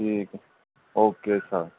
ਠੀਕ okay sir